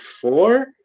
four